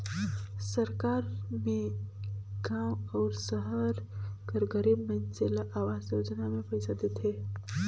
सरकार में गाँव अउ सहर कर गरीब मइनसे ल अवास योजना में पइसा देथे